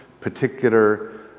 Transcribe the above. particular